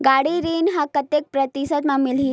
गाड़ी ऋण ह कतेक प्रतिशत म मिलही?